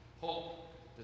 Hope